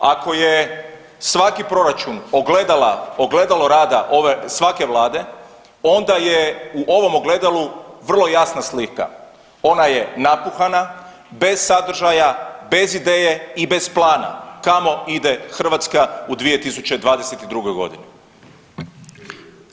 Ako je svaki proračun ogledalo rada svake vlade onda je u ovom ogledalu vrlo jasna slika, ona je napuhana, bez sadržaja, bez ideje i bez plana, kamo ide Hrvatska u 2022.g.